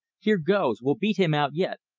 here goes! we'll beat him out yet!